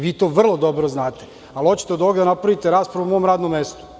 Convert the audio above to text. Vi to vrlo dobro znate, ali hoćete od ovoga da napravite raspravu o mom radnom mestu?